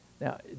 Now